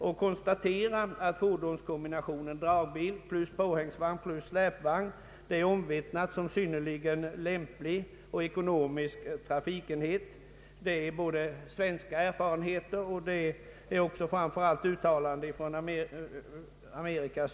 Verket konstaterar att fordonskombinationen dragbil plus påhängsvagn plus släpvagn är omvittnad som en synnerligen lämplig och ekonomisk trafikenhet. Detta framgår både av svenska erfarenheter och av uttalanden från Amerika.